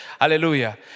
hallelujah